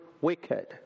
wicked